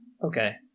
Okay